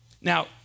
Now